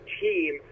team